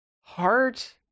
heart